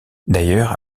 d’ailleurs